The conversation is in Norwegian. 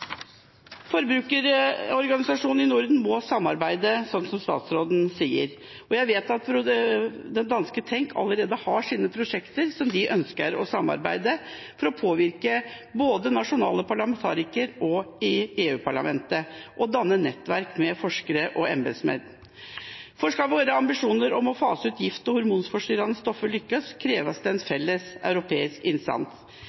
Forbrukerorganisasjonene i Norden må, som statsråden sier, samarbeide, og jeg vet at danske Tænk allerede har sine prosjekter som de ønsker å samarbeide om for å påvirke både nasjonale parlamentarikere og EU-parlamentet, og danne nettverk med forskere og embetsverk. Skal våre ambisjoner om å fase ut gift og hormonforstyrrende stoffer lykkes, kreves det en felles europeisk